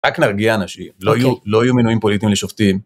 רק נרגיע אנשים, לא יהיו מינויים פוליטיים לשופטים.